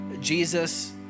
Jesus